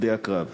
שדה הקרב.